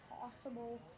possible